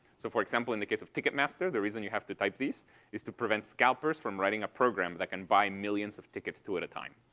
so, for example, in the case of ticketmaster, the reason you have to type these is to prevent scalpers from writing a program that can buy millions of tickets two at a time.